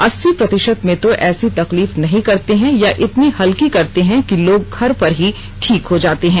अस्सी प्रतिशत में तो ऐसी तकलीफ नहीं करते हैं या इतनी हल्की करते हैं कि लोग घर पर ही ठीक हो जाते हैं